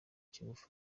kigufi